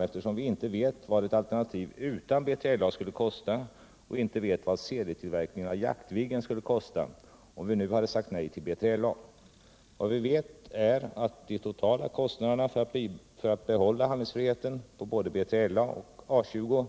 eftersom vi inte vet vad ett alternativ utan BLA skulle kosta och inte vet vad serietillverkningen av Jaktviggen skulle kosta, om vi nu hade sagt nej till BILA. Vad vi vet är att de totala kostnaderna för att behålla handlingsfriheten på både BILA och A 20